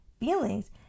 feelings